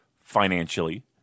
financially